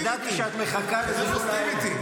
ידעתי שאת מחכה לזה כל העת.